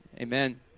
amen